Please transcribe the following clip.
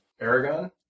Aragon